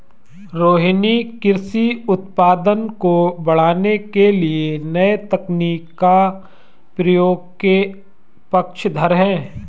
रोहिनी कृषि उत्पादन को बढ़ाने के लिए नए तकनीक के प्रयोग के पक्षधर है